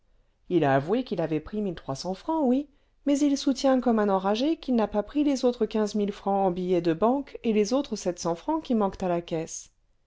il a avoué qu'il avait pris mille trois cents francs oui mais il soutient comme un enragé qu'il n'a pas pris les autres quinze mille francs en billets de banque et les autres sept cents francs qui manquent à la caisse